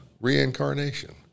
reincarnation